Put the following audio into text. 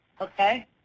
okay